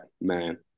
man